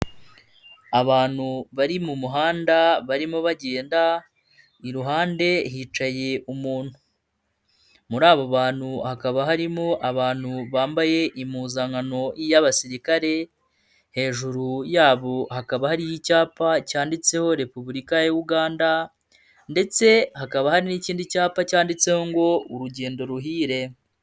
Abantu bari mu muhanda barimo bagenda iruhande hicaye umuntu, muri abo bantu hakaba harimo abantu bambaye impuzankano y'abasirikare hejuru yabo hakaba hari icyapa cyanditseho Repubulika ya Uganda ndetse hakaba hari n'ikindi cyapa cyanditseho ngo: "Urugendo ruhire".